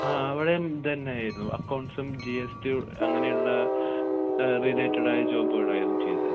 ആ അവിടേയും ഇത് തന്നെയായിരുന്നു അക്കൗണ്ട്സും ജി എസ് ടി അങ്ങനെയുള്ള റിലേറ്റഡായ ജോബുകളായിരുന്നു ചെയ്തത്